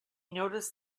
noticed